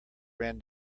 ran